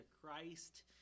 Christ